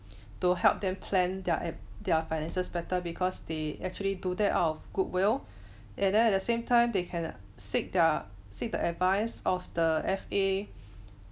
to help them plan their ab their finances better because they actually do that of goodwill and then at the same time they can seek their seek the advice of the F_A